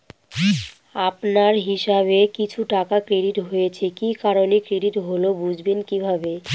আপনার হিসাব এ কিছু টাকা ক্রেডিট হয়েছে কি কারণে ক্রেডিট হল বুঝবেন কিভাবে?